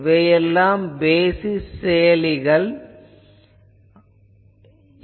இவையெல்லாம் பேசிஸ் செயலிகள் ஆகும்